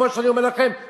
כמו שאני אומר לכם,